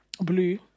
Blue